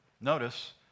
notice